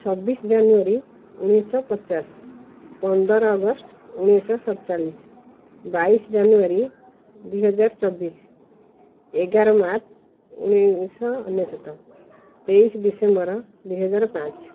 ଛବିଶ ଜାନୁଆରୀ ଉଣେଇଶ ଶହ ପଚାଶ ପନ୍ଦର ଅଗଷ୍ଟ ଉଣେଇଶ ଶହ ସଡ଼ଚାଳିଶ ବାଇଶ ଜାନୁଆରୀ ଦୁଇହଜାର ଚବିଶ ଏଗାର ମାର୍ଚ୍ଚ ଉଣେଇଶ ଶହ ଅନ୍ୱେଶତ ତେଇଶି ଡିସେମ୍ବର ଦୁଇହଜାର ପାଞ୍ଚ